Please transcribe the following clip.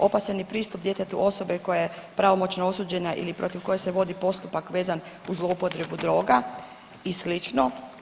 Opasan je pristup djetetu osobe koja je pravomoćno osuđena ili protiv koje se vodi postupak vezan uz zloupotrebu droga i slično.